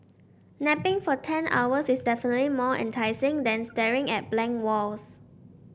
napping for ten hours is definitely more enticing than staring at blank walls